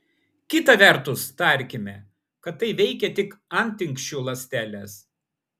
kita vertus tarkime kad tai veikia tik antinksčių ląsteles